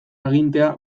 agintea